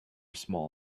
small